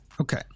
Okay